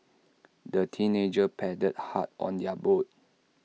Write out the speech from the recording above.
the teenagers paddled hard on their boat